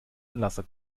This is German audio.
anlasser